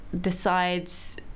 decides